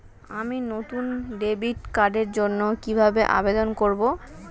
আমি নতুন ডেবিট কার্ডের জন্য কিভাবে আবেদন করব?